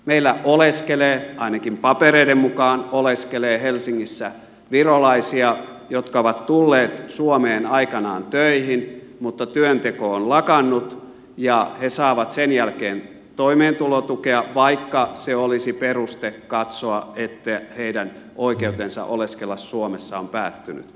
meillä oleskelee ainakin papereiden mukaan oleskelee helsingissä virolaisia jotka ovat tulleet suomeen aikanaan töihin mutta työnteko on lakannut ja he saavat sen jälkeen toimeentulotukea vaikka se olisi peruste katsoa että heidän oikeutensa oleskella suomessa on päättynyt